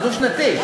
זה דו-שנתי.